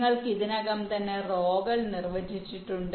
നിങ്ങൾക്ക് ഇതിനകം റോകൾ നിർവ്വചിച്ചിട്ടുണ്ട്